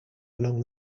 along